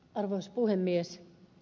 arvoisa puhemies